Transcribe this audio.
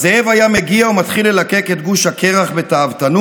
הזאב היה מגיע ומתחיל ללקק את גוש הקרח בתאוותנות,